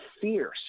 fierce